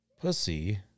pussy